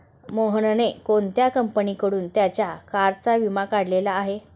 मोहनने कोणत्या कंपनीकडून त्याच्या कारचा विमा काढलेला आहे?